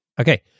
Okay